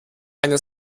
eine